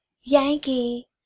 Yankee